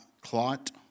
clot